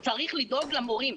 הוא צריך לדאוג למורים.